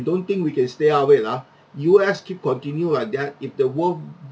don't think we can stay away lah U_S keep continue like that if the world